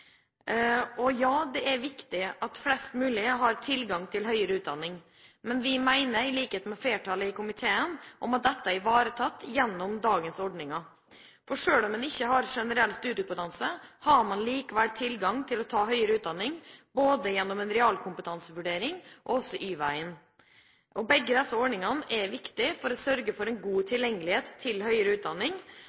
Det er viktig at flest mulig har tilgang til høyere utdanning, men vi mener – i likhet med flertallet i komiteen – at dette er ivaretatt gjennom dagens ordninger. Selv om man ikke har generell studiekompetanse, har man likevel adgang til å ta høyere utdanning både gjennom en realkompetansevurdering og via Y-veien. Begge disse ordningene er viktige for å sørge for en god tilgjengelighet til høyere utdanning.